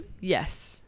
Yes